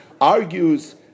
argues